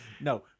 No